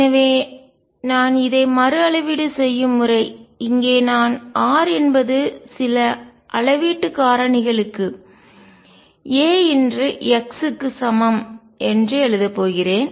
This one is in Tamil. எனவே நான் இதை மறுஅளவீடு செய்யும் முறை இங்கே நான் r என்பது சில அளவீட்டு காரணிகளுக்கு a x க்கு சமம் எழுதப் போகிறேன்